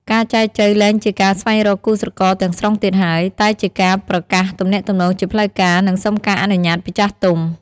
ការចែចូវលែងជាការស្វែងរកគូស្រករទាំងស្រុងទៀតហើយ តែជាការប្រកាសទំនាក់ទំនងជាផ្លូវការ និងសុំការអនុញ្ញាតពីចាស់ទុំ។